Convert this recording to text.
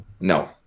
no